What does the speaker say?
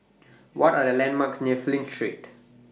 What Are The landmarks near Flint Street